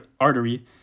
artery